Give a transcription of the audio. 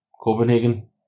Copenhagen